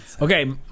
Okay